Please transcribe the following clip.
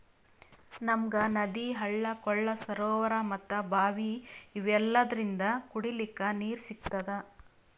ನಮ್ಗ್ ನದಿ ಹಳ್ಳ ಕೊಳ್ಳ ಸರೋವರಾ ಮತ್ತ್ ಭಾವಿ ಇವೆಲ್ಲದ್ರಿಂದ್ ಕುಡಿಲಿಕ್ಕ್ ನೀರ್ ಸಿಗ್ತದ